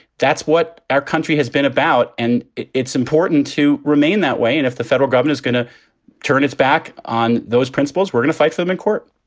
that's what our country has been about. and it's important to remain that way. and if the federal government is going to turn its back on those principles, we're going to fight them in court